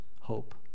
hope